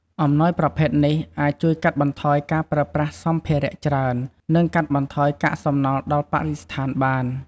អំណោយប្រភេទនេះ អាចជួយកាត់បន្ថយការប្រើប្រាស់សម្ភារៈច្រើន និងកាត់បន្ថយកាកសំណល់ដល់បរិស្ថានបាន។